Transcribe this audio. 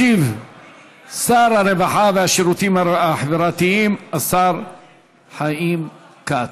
ישיב שר הרווחה והשירותים החברתיים, השר חיים כץ.